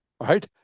right